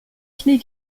knie